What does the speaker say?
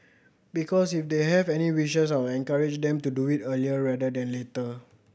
because if they have any wishes I will encourage them to do it earlier rather than later